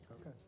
Okay